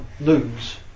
lose